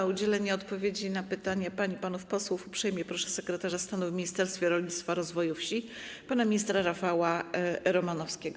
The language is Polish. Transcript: O udzielenie odpowiedzi na pytania pań i panów posłów uprzejmie proszę sekretarza stanu w Ministerstwie Rolnictwa i Rozwoju Wsi pana ministra Rafała Romanowskiego.